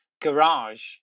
garage